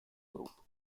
group